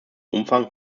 umfang